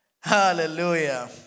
Hallelujah